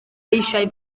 eisiau